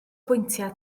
bwyntiau